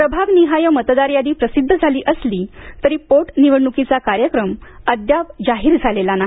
प्रभाग निहाय मतदार यादी प्रसिद्ध झाली असली तरी पोटनिवडणुकीचा कार्यक्रम अद्याप जाहीर झालेला नाही